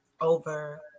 over